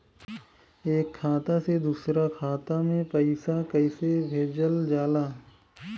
एक खाता से दूसरा खाता में पैसा कइसे भेजल जाला?